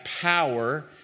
power